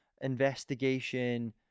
investigation